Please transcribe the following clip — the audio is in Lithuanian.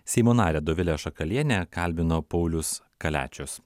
seimo narę dovilę šakalienę kalbino paulius kaliačius